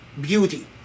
beauty